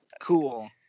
Cool